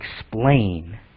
explain